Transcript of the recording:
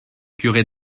curé